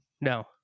no